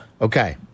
Okay